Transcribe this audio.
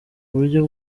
uburyo